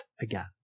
again